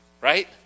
right